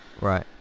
Right